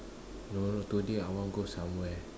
don't know today I want go somewhere